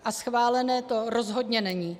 A schválené to rozhodně není.